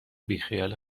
بیخیال